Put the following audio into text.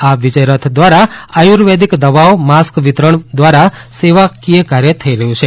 આ વિજય રથ દ્વારા આયુર્વેદિક દવાઓ માસ્ક વિતરણ દ્વારા સેવાકીય કાર્ય થઈ રહ્યું છે